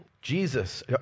Jesus